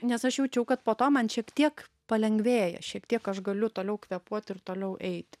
nes aš jaučiau kad po to man šiek tiek palengvėja šiek tiek aš galiu toliau kvėpuot ir toliau eit